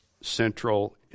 central